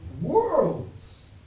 worlds